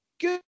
good